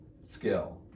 skill